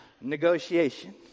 negotiation